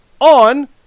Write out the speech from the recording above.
on